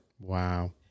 Wow